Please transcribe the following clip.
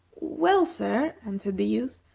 well, sir, answered the youth,